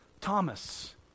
Thomas